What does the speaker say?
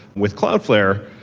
with cloudflare,